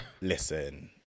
listen